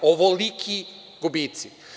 Ovoliki gubici.